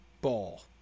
ball